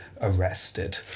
arrested